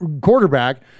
quarterback